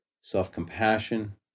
self-compassion